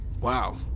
Wow